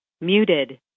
Muted